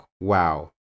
wow